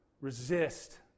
resist